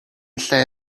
lle